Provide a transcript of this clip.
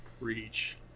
Reach